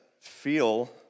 feel